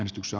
ostossa